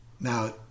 now